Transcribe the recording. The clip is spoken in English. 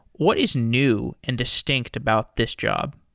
what is new and distinct about this job?